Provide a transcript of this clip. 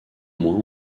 moins